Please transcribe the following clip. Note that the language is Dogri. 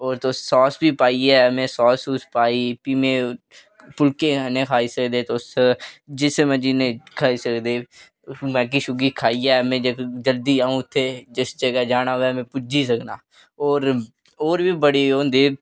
और तुस सास बी पाओ पाइयै में सास सूस पाई फ्ही कने नुआढ़े कन्नै फुलके कन्नै खाई सकदे तुस जिसी मर्जी कन्नै खाई सकदे मैगी खाइयै में जेकर जल्दी अ'ऊं जिस जगह् जाना होऐ में पुज्जी सकना होर बी बडे होंदे